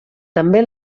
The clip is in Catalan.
també